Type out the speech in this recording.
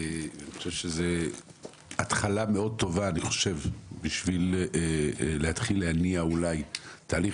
אני חושב שזו התחלה מאוד טובה כדי אולי להתחיל להניע תהליך.